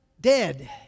dead